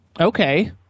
Okay